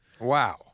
Wow